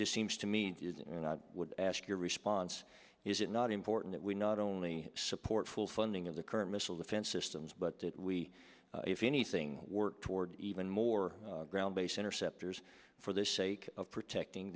do seems to me good and i would ask your response is it not important that we not only support full funding of the current missile defense systems but that we if anything work toward even more ground based interceptors for the sake of protecting